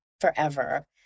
forever